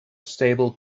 stable